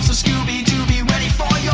scooby-doo be ready for your